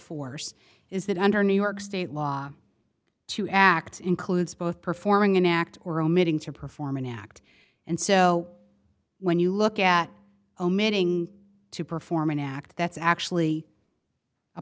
force is that under new york state law two acts includes both performing an act or omitting to perform an act and so when you look at omitting to perform an act that's actually a